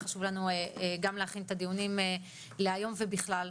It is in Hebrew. היה חשוב לנו גם להכין את הדיונים להיום ובכלל.